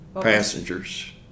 passengers